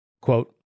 Quote